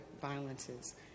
violences